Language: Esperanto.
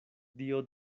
dio